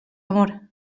amor